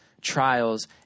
trials